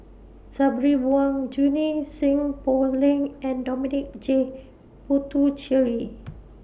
Sabri Buang Junie Sng Poh Leng and Dominic J Puthucheary